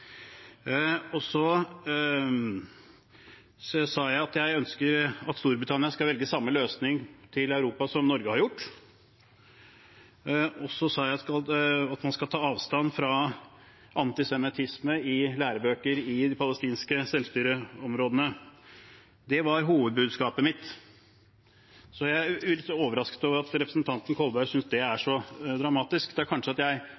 sa. Så sa jeg at jeg ønsker at Storbritannia skal velge samme løsning overfor Europa som Norge har gjort. Og så sa jeg at man skal ta avstand fra antisemittisme i lærebøker i de palestinske selvstyreområdene. Det var hovedbudskapet mitt. Jeg er litt overrasket over at representanten Kolberg synes det er så dramatisk. Jeg ordlegger meg kanskje på en måte som representanten Kolberg ikke liker, men det er jeg